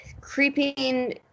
creeping